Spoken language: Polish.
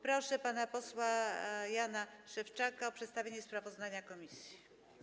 Proszę pana posła Jana Szewczaka o przedstawienie sprawozdania komisji.